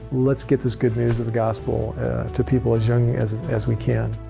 let's get this good news of the gospel to people as young as as we can.